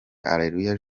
areruya